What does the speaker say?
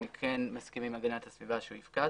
אני כן מסכים עם הגנת הסביבה שהוא יפקע,